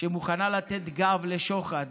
שמוכנה לתת גב לשוחד,